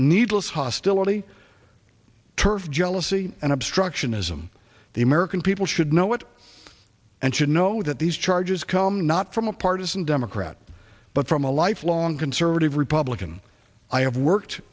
needless hostility turf jealousy and obstructionism the american people should know what and should know that these charges come not from a partisan democrat but from a lifelong conservative republican i have worked